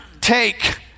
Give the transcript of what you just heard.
take